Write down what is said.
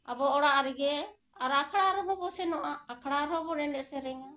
ᱟᱵᱚ ᱚᱲᱟᱜ ᱨᱮᱜᱮ ᱟᱨ ᱟᱠᱷᱲᱟ ᱨᱮᱦᱚᱸ ᱵᱚᱱ ᱥᱮᱱᱚᱜᱼᱟ ᱟᱠᱷᱲᱟ ᱨᱮᱦᱚᱸ ᱵᱚᱱ ᱮᱱᱮᱡ ᱥᱮᱨᱮᱧᱟ